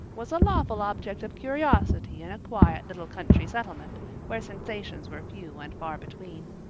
was a lawful object of curiosity in a quiet little country settlement where sensations were few and far between.